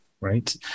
right